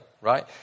right